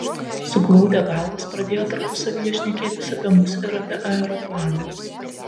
suglaudę galvas pradėjo tarpusavyje šnekėtis apie mus ir apie aeroplaną